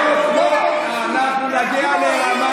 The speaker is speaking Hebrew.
--- אנחנו נגיע לרמה